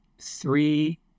Three